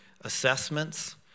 assessments